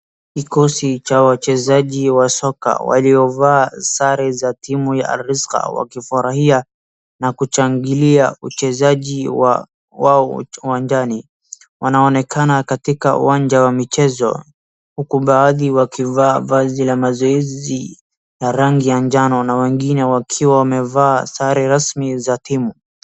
Kikosi cha wachezaji wa soka waliovaa sare za timu ya Alaska wakifurahia na kushangilia uchezaji wa wao uwanjani, wanaonekana katika uwanja wa michezo, huku baadhi wakivaa vazi la mazoezi ya rangi ya njano, na wengine wakiwa wamevaa sare rasmi za timu.